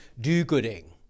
do-gooding